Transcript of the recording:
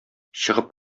чыгып